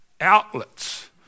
outlets